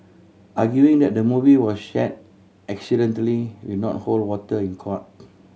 arguing that the movie was share accidentally will not hold water in court